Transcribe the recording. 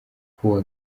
kuwa